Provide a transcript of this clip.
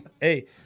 Hey